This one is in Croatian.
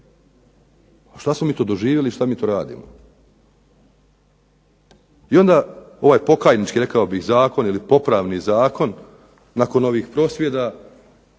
što smo mi to doživjeli i šta mi to radimo? I onda ovaj pokajnički rekao bih zakon ili popravni zakon nakon ovih prosvjeda,